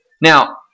now